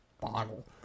bottle